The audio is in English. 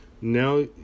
Now